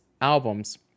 albums